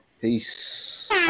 Peace